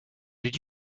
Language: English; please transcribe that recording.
did